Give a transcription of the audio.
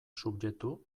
subjektu